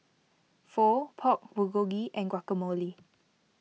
Pho Pork Bulgogi and Guacamole